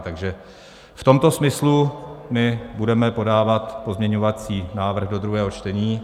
Takže v tomto smyslu my budeme podávat pozměňovací návrh do druhého čtení.